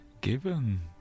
given